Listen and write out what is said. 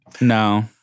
No